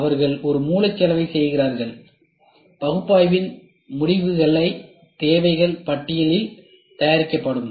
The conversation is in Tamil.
எனவே பகுப்பாய்வின் முடிவுகள் தேவைகள் பட்டியலில் தயாரிக்கப்படும்